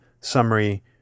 summary